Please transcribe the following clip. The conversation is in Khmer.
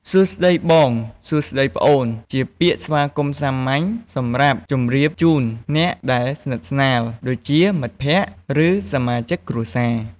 សួស្តីបង សួស្តីប្អូនជាពាក្យស្វាគមន៍សាមញ្ញ សម្រាប់ជម្រាបជូនអ្នកដែលស្និទ្ធស្នាល ដូចជា មិត្តភក្តិ ឬសមាជិកគ្រួសារ។